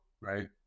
right